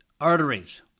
arteries